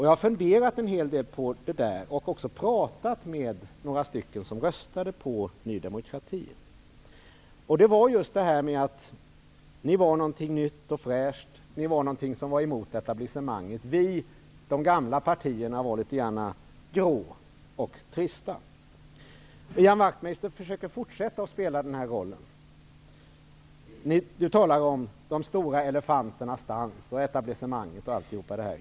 Jag har funderat en hel del på detta och också pratat med några stycken som röstade på Ny demokrati. Det hela gällde just att Ny demokrati var nytt och fräscht och var ett parti som var emot etablissemanget. Vi, de gamla partierna, var litet grand grå och trista. Ian Wachtmeister försöker fortsätta att spela den här rollen. Han talar om de stora elefanternas dans, om etablissemanget osv.